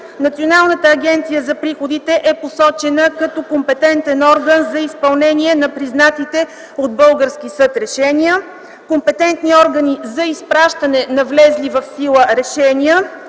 Националната агенция за приходите е посочена като компетентен орган за изпълнение на признатите от български съд решения. Компетентни органи за изпращане на влезли в сила решения